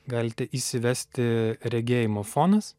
galite įsivesti regėjimo fonas